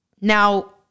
now